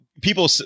people